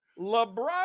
LeBron